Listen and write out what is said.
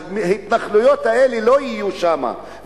וההתנחלויות האלה לא יהיו שם,